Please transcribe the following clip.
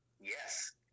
Yes